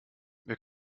wir